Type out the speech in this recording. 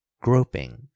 groping